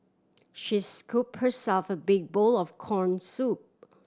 she scoop herself a big bowl of corn soup